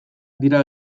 dira